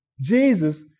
Jesus